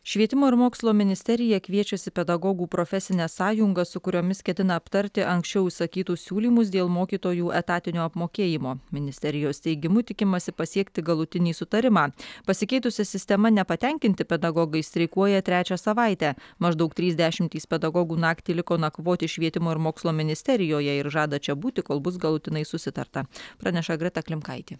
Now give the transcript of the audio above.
švietimo ir mokslo ministerija kviečiasi pedagogų profesines sąjungas su kuriomis ketina aptarti anksčiau išsakytus siūlymus dėl mokytojų etatinio apmokėjimo ministerijos teigimu tikimasi pasiekti galutinį sutarimą pasikeitusia sistema nepatenkinti pedagogai streikuoja trečią savaitę maždaug trys dešimtys pedagogų naktį liko nakvoti švietimo ir mokslo ministerijoje ir žada čia būti kol bus galutinai susitarta praneša greta klimkaitė